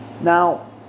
Now